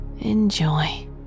Enjoy